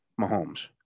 Mahomes